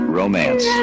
romance